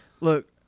look